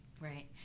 Right